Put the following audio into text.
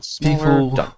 People